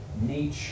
nature